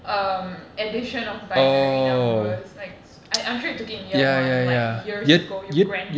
um addition of binary numbers like I I'm sure you took it in year one like years ago you grandpa